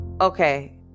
okay